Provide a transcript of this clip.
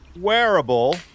wearable